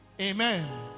amen